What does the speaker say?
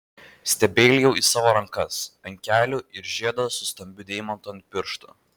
stebeilijau į savo rankas ant kelių ir žiedą su stambiu deimantu ant piršto